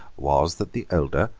was that the older,